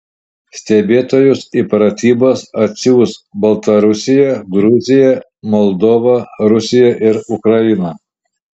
stebėtojus į pratybas atsiųs baltarusija gruzija moldova rusija ir ukraina